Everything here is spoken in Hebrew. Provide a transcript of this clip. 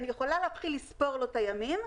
אני יכולה להתחיל לספור לו את הימים.